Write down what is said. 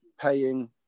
paying